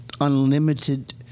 unlimited